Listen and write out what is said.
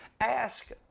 Ask